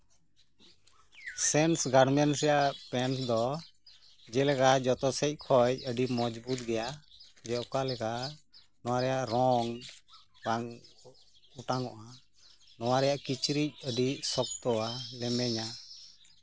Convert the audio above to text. sense garment ᱨᱮᱭᱟᱜ paint ᱫᱚ ᱡᱮᱞᱮᱠᱟ ᱡᱚᱛᱚ ᱥᱮᱫ ᱠᱷᱚᱱ ᱟᱹᱰᱤ ᱢᱚᱸᱡᱵᱩᱛ ᱜᱮᱭᱟ ᱡᱮ ᱚᱠᱟᱞᱮᱠᱟ ᱱᱚᱶᱟ ᱨᱮᱭᱟᱜ ᱨᱚᱝ ᱵᱟᱝ ᱚᱴᱟᱝᱚᱜᱼᱟ ᱱᱚᱶᱟ ᱨᱮᱭᱟᱜ ᱠᱤᱪᱨᱤᱡ ᱟᱹᱰᱤ ᱥᱚᱠᱛᱚᱣᱟ ᱞᱮᱢᱮᱧᱟ